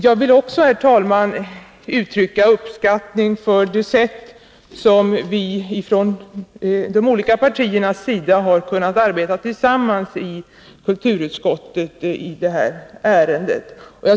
Jag vill också, herr talman, uttrycka uppskattning för det sätt på vilket vi från de olika partierna har kunnat arbeta tillsammans i kulturutskottet i det här ärendet.